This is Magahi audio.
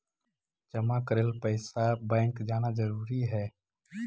जमा करे ला पैसा बैंक जाना जरूरी है?